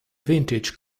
vintage